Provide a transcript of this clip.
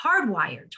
hardwired